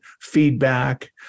feedback